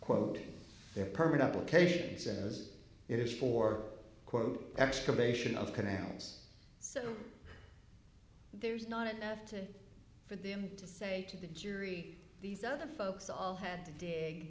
the permit application says it is for quote excavation of canals so there's not enough to for them to say to the jury these other folks all had to dig